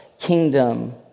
kingdom